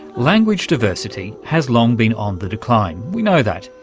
language diversity has long been on the decline, we know that.